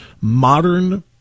modern